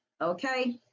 Okay